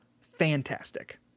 fantastic